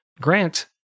Grant